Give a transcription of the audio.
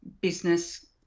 business